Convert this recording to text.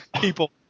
people